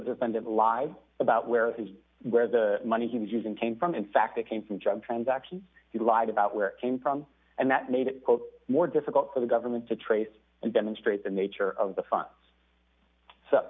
defendant lied about where his where the money he was using came from in fact it came from drug transactions he lied about where it came from and that made it more difficult for the government to trace and demonstrate the nature of the f